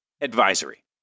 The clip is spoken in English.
Advisory